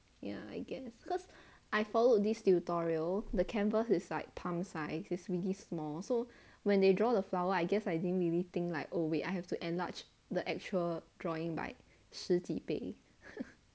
ya I guess cause I followed this tutorial the canvas is like palm size is really small so when they draw the flower I guess I didn't really think like[oh]wait I have to enlarge the actual drawing by 十几倍